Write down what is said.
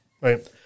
right